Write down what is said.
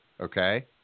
okay